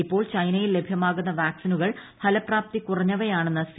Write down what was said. ഇപ്പോൾ ചൈനയിൽ ലഭ്യമാകുന്ന വാക്സിനുകൾ ഫലപ്രാപ്തി കുറഞ്ഞവയാണെന്ന് സി